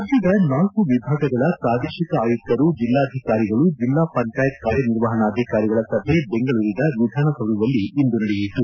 ರಾಜ್ಞದ ನಾಲ್ಕ ವಿಭಾಗಗಳ ಪ್ರಾದೇಶಿಕ ಆಯುಕ್ತರು ಜಿಲ್ಲಾಧಿಕಾರಿಗಳು ಜಿಲ್ಲಾಪಂಚಾಯತ್ ಕಾರ್ಯನಿರ್ವಹಣಾಧಿಕಾರಿಗಳ ಸಭೆ ಬೆಂಗಳೂರಿನ ವಿಧಾನಸೌಧದಲ್ಲಿಂದು ನಡೆಯಿತು